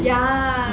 ya